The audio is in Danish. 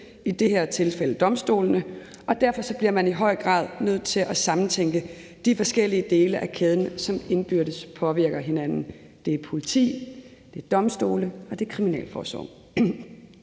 i det her tilfælde domstolene, og derfor bliver man i høj grad nødt til at sammentænke de forskellige dele af kæden, som indbyrdes påvirker hinanden. Det er politi, det er domstole, og det er kriminalforsorgen.